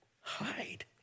hide